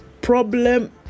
problem